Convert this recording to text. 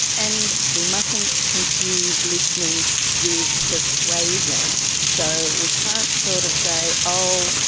and we mustn't confuse listening with persuasion. so we can't sort of say, oh,